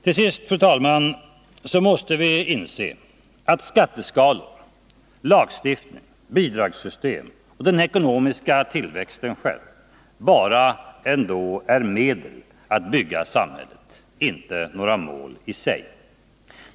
Till sist, fru talman, måste vi inse att skatteskalor, lagstiftning, bidragssystem och den ekonomiska tillväxten själv ändå bara är medel för att bygga samhället, inte några mål i sig.